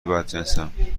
بدجنسم